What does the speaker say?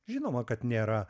žinoma kad nėra